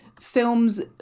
films